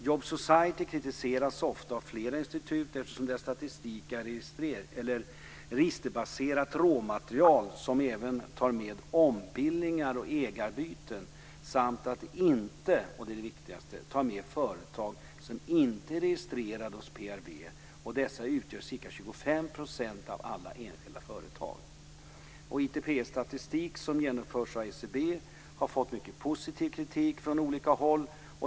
Jobs and Society kritiseras ofta av flera institut eftersom deras statistik är registerbaserat råmaterial som även tar med ombildningar och ägarbyten samt att den inte tar med företag som inte är registrade hos PRV. Dessa utgör ca 25 % av alla enskilda företag. ITPS-statistiken som görs av SCB har fått mycket positiv kritik från olika håll.